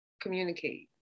communicate